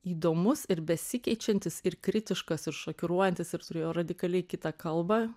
įdomus ir besikeičiantis ir kritiškas ir šokiruojantis ir turėjo radikaliai kitą kalbą